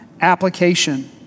application